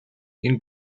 энэ